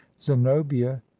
zenobia